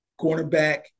Cornerback